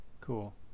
Cool